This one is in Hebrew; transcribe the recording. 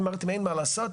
אמרתם אין מה לעשות,